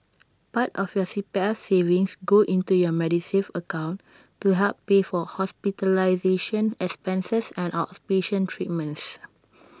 part of your C P F savings go into your Medisave account to help pay for hospitalization expenses and outpatient treatments